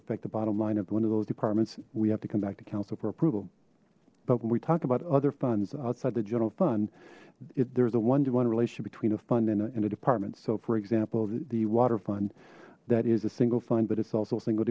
affect the bottom line of one of those departments we have to come back to council for approval but when we talk about other funds outside the general fund it there's a one to one relationship between a fund and a departments so for example the water fund that is a single fund that is also a single